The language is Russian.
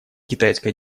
китайская